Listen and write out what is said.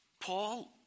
Paul